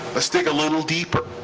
let's dig a little deeper.